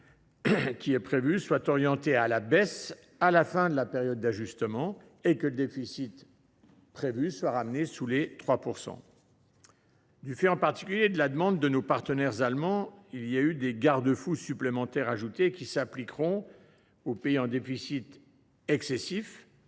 au PIB prévu soit bien orienté à la baisse à la fin de la période d’ajustement et que le déficit prévu soit ramené sous les 3 %. Du fait, en particulier, de la demande de nos partenaires allemands ont été ajoutés des garde fous supplémentaires qui s’appliqueront aux pays faisant